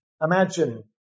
Imagine